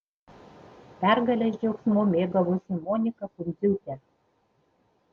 pergalės džiaugsmu mėgavosi monika pundziūtė